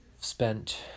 spent